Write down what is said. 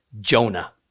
Jonah